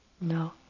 No